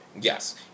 Yes